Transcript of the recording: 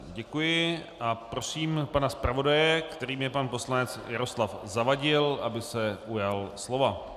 Děkuji a prosím pana zpravodaje, kterým je pan poslanec Jaroslav Zavadil, aby se ujal slova.